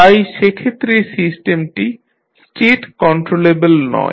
তাই সেক্ষেত্রে সিস্টেমটি স্টেট কন্ট্রোলেবল নয়